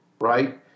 right